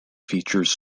features